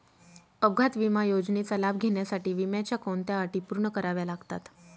अपघात विमा योजनेचा लाभ घेण्यासाठी विम्याच्या कोणत्या अटी पूर्ण कराव्या लागतात?